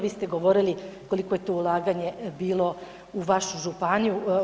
Vi ste govorili koliko je tu ulaganje bilo u vašu županiju.